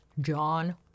John